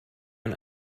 ein